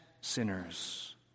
sinners